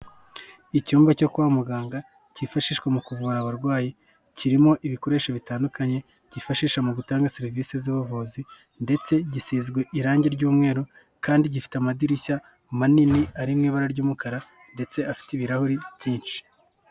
Icyumba cyo kwa muganga cyifashishwa mu kuvura abarwayi, kirimo ibikoresho bitandukanye byifashisha mu gutanga serivisi z'ubuvuzi ndetse gisizwe irangi ry'umweru kandi gifite amadirishya manini arimo ibara ry'umukara ndetse afite ibirahuri byinshi.